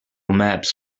maps